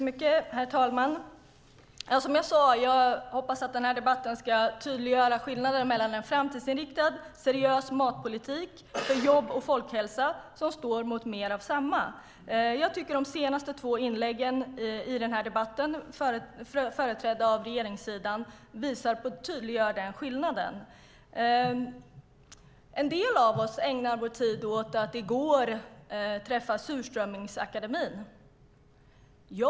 Herr talman! Jag hoppas att den här debatten ska tydliggöra skillnaden mellan en framtidsinriktad seriös matpolitik för jobb och folkhälsa och regeringens mer av samma. Jag tycker att de senaste två inläggen i debatten av företrädare för regeringssidan tydliggör den skillnaden. En del av oss ägnade i går vår tid åt att träffa Surströmmingsakademien.